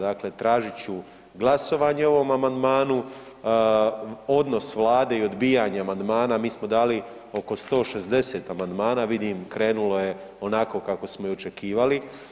Dakle, tražit ću glasovanje o ovom amandmanu, odnos vlade i odbijanje amandmana, mi smo dali oko 160 amandmana, vidim krenulo je onako kako smo i očekivali.